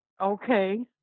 okay